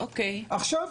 עכשיו,